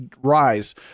rise